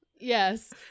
yes